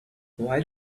why